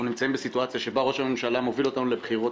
נמצאים בסיטואציה שראש הממשלה מוביל אותנו לבחירות